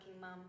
mum